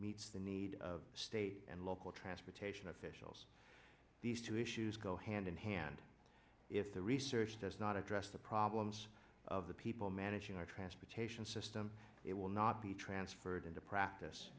meets the needs of state and local transportation officials these two issues go hand in hand if the research does not address the problems of the people managing our transportation system it will not be transferred into practice